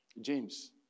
James